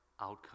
outcome